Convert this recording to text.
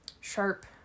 Sharp